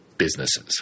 Businesses